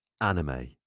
anime